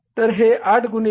तर हे 8 गुणिले 1